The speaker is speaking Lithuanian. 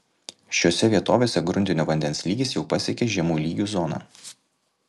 šiose vietovėse gruntinio vandens lygis jau pasiekė žemų lygių zoną